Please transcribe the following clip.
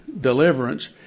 Deliverance